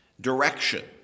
direction